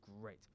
great